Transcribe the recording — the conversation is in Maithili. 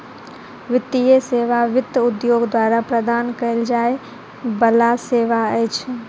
वित्तीय सेवा वित्त उद्योग द्वारा प्रदान कयल जाय बला सेवा अछि